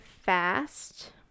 fast